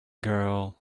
girl